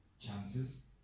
chances